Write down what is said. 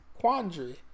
Quandary